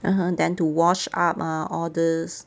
(uh huh) then to wash up ah all these